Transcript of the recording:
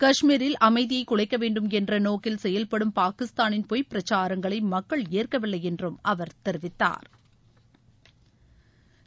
காஷ்மீரில் அமைதியை குலைக்க வேண்டும் என்ற நோக்கில் செயல்படும் பாகிஸ்தானின் பொய் பிரச்சாரங்களை மக்கள் ஏற்கவில்லை என்றும் அவர் தெரிவித்தாா்